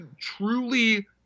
truly